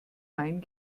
main